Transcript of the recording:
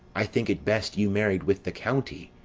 i think it best you married with the county.